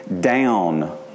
down